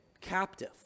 captive